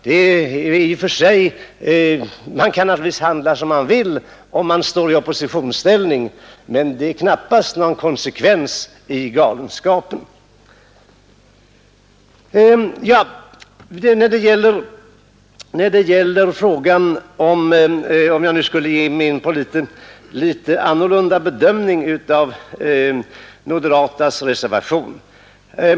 Man kan naturligtvis handla som man vill när man står i oppositionsställning, men det är knappast någon konsekvens i galenskapen. Jag vill nu ge mig in på en litet annorlunda bedömning av de moderatas reservation.